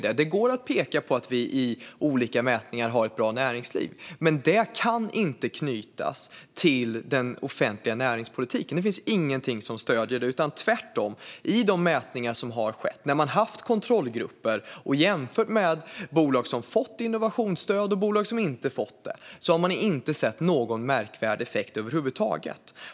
Det går att peka på att vi enligt olika mätningar har ett bra näringsliv, men det kan inte knytas till den offentliga näringspolitiken. Det finns ingenting som stöder det - tvärtom. I de mätningar som har skett, när man har haft kontrollgrupper och jämfört bolag som fått innovationsstöd med bolag som inte fått det, har man inte sett någon märkbar effekt över huvud taget.